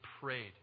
prayed